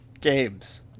games